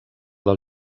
del